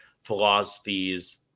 philosophies